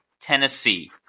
Tennessee